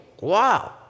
Wow